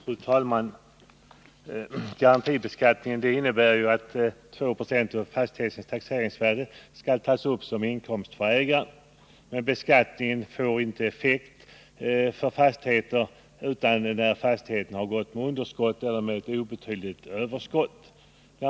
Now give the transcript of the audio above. Fru talman! Garantibeskattningen innebär att 2 20 av fastighetens taxeringsvärde skall tas upp som inkomst för ägaren. Den beskattningen får inte effekt utom när fastigheten har gått med underskott eller med ett obetydligt överskott.